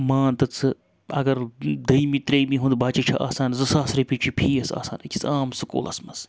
مان تہٕ ژٕ اگر دٔیمہِ ترٛیٚیمہِ ہُنٛد بَچہِ چھُ آسان زٕ ساس رۄپیہِ چھِ فیٖس آسان أکِس عام سکوٗلَس منٛز